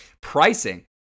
Pricing